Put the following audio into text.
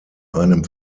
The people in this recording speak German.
einem